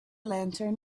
lantern